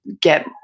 get